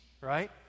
right